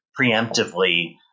preemptively